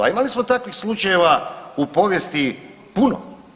A imali smo takvih slučajeva u povijesti puno.